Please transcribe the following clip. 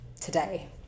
today